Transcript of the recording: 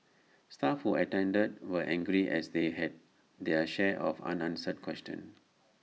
staff who attended were angry as they had their share of unanswered questions